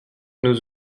nous